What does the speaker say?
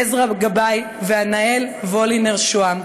עזרא גבאי וענאל וולינר-שהם.